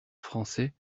français